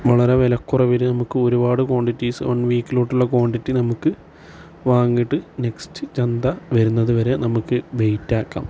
വളരെ വിലക്കുറവിൽ നമുക്കൊരുപാട് ക്വാണ്ടിറ്റീസ് വൺ വീക്കിലോട്ടുള്ള ക്വാണ്ടിറ്റി നമുക്ക് വാങ്ങിയിട്ട് നെക്സ്റ്റ് ചന്ത വരുന്നത് വരെ നമുക്ക് വെയ്റ്റ് ആക്കാം